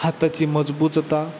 हाताची मजबूतता